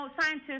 scientists